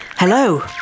Hello